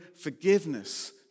forgiveness